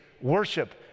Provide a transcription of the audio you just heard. worship